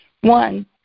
One